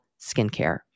skincare